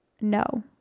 No